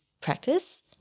practice